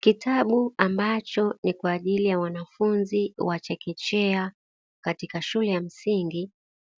Kitabu ambacho ni kwa ajili ya wanafunzi wa chekechea katika shule ya msingi